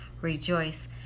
rejoice